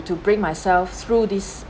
to bring myself through this